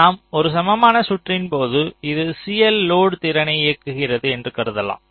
நாம் ஒரு சமமான சுற்றின் போது இது CL லோடு திறனை இயக்குகிறது என்று கருதலாம்